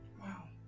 Wow